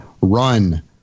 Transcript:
run